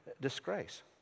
disgrace